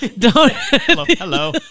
Hello